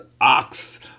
ox